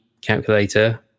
calculator